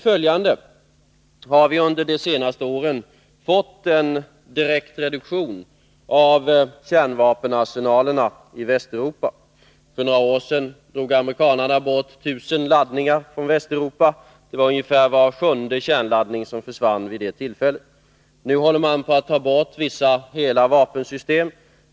Följdenligt har vi under de senaste åren fått en direkt reduktion av kärnvapenarsenalerna i Västeuropa. För några år sedan drog amerikanarna bort 1 000 laddningar från Västeuropa — det var ungefär var sjunde kärnladdning som försvann vid det tillfället. Nu håller man på att ta bort vissa hela vapensystem.